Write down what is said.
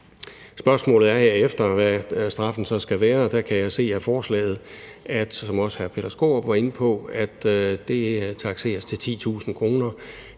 Spørgsmålet er herefter, hvad straffen så skal være. Der kan jeg se af forslaget, som også hr. Peter Skaarup var inde på, at det takseres til 10.000 kr.